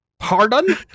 Pardon